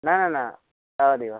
न न न तावदेव